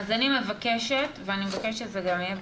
אז אני מבקשת, ואני מבקשת שזה גם יהיה